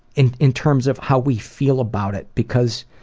in in terms of how we feel about it because.